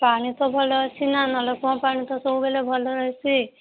ପାଣି ତ ଭଲ ଅଛି ନା କୂଅପାଣି ତ ସବୁବେଳେ ଭଲ ରହୁଛି